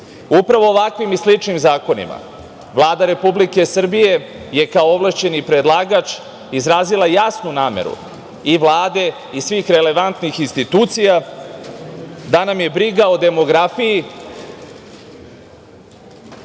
Upravo ovakvim i sličnim zakonima, Vlada Srbije je kao ovlašćeni predlagač izrazila jasnu nameru i Vlade i svih relevantnih institucija, da nam je briga o demografiji